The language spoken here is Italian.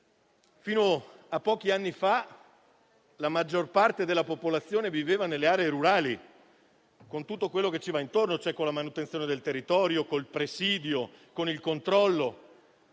fino a pochi anni fa la maggior parte della popolazione viveva nelle aree rurali, con tutto quello che ne consegue, cioè con la manutenzione del territorio, con il presidio, con il controllo.